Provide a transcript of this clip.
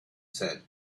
said